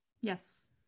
yes